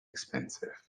expensive